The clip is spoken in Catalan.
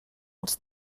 els